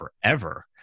forever